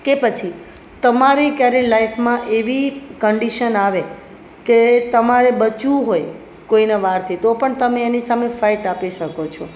કે પછી તમારી ક્યારે લાઇફમાં એવી કંડિશન આવે કે તમારે બચવું હોય કોઈના વારથી તો પણ તમે એની સામે ફાઇટ આપી શકો છો